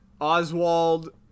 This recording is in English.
Oswald